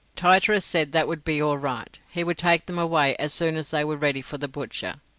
tityrus said that would be all right he would take them away as soon as they were ready for the butcher.